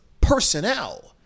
personnel